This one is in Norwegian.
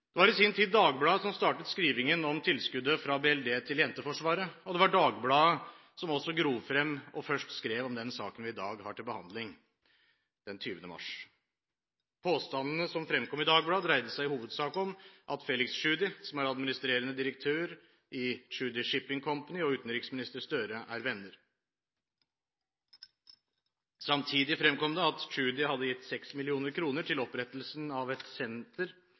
Det var i sin tid Dagbladet som startet skrivingen om tilskuddet fra BLD til Jenteforsvaret, og det var Dagbladet som også gravde frem, og som den 20. mars første gang skrev om den saken som vi i dag har til behandling. Påstandene som fremkom i Dagbladet, dreide seg i hovedsak om at Felix Tschudi, som er administrerende direktør i Tschudi Shipping Company, og utenriksminister Gahr Støre er venner. Samtidig fremkom det at Tschudi hadde gitt 6 mill. kr til opprettelsen av et senter